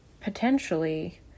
potentially